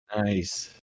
Nice